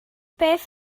beth